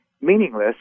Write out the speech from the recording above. meaningless